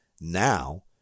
now